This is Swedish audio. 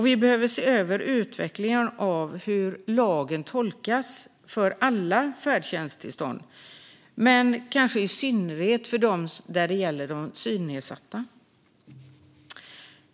Vi behöver se över utvecklingen av hur lagen tolkas för alla färdtjänsttillstånd, men kanske i synnerhet de som gäller synnedsatta.